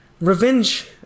revenge